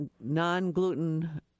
non-gluten